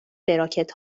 براکت